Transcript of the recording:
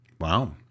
Wow